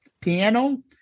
piano